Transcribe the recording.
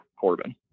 Corbin